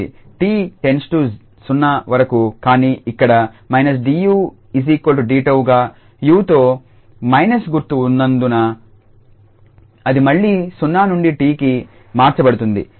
𝑡 → 0 వరకు కానీ ఇక్కడ −𝑑𝑢𝑑𝜏గా 𝑢 తో మైనస్ గుర్తు ఉన్నందున అది మళ్లీ 0 నుండి 𝑡కి మార్చబడుతుంది